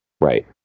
Right